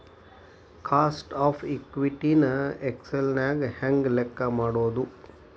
Cost of equity ನ Excel ನ್ಯಾಗ ಹೆಂಗ್ ಲೆಕ್ಕಾ ಮಾಡೊದು?